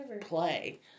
play